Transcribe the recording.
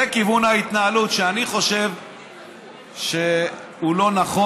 זה כיוון ההתנהלות שאני חושב שהוא לא נכון.